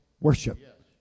worship